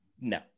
no